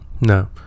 No